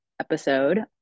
episode